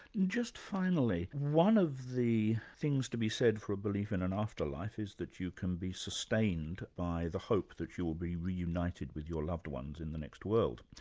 just finally, one of the things to be said for a belief in an afterlife, is that you can be sustained by the hope that you'll be reunited with your loved ones in the next world.